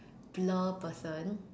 blur person